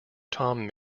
tom